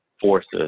forces